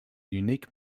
unique